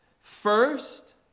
First